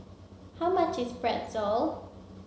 how much is Pretzel